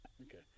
Okay